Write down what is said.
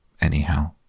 Anyhow